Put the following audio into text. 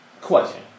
Question